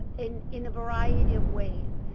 in in a variety of ways.